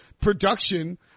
production